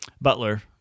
Butler